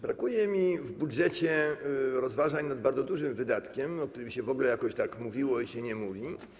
Brakuje mi w budżecie rozważań nad bardzo dużym wydatkiem, o którym się w ogóle jakoś tak mówiło i się nie mówi.